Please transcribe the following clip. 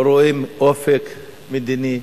לא רואים אופק מדיני,